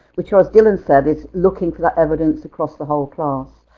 which ah as dylan said, it's looking for that evidence across the whole class.